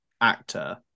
actor